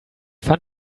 fand